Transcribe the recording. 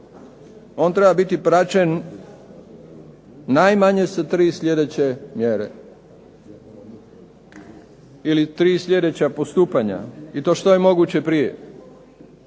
on treba biti praćen najmanje sa 3 sljedeće mjere ili 3 sljedeća postupanja i to što je moguće prije.